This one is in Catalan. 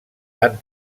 han